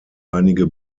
einige